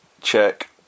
check